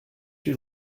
you